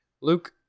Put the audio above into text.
Luke